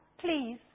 Please